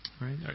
Right